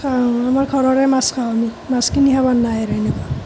খাওঁ আমাৰ ঘৰৰে মাছ খাওঁ আমি মাছ কিনি খাবৰ নাই আৰু এনেকুৱা